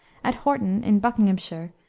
at horton, in buckinghamshire,